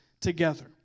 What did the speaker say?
together